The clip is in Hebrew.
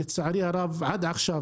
לצערי הרב, עד עכשיו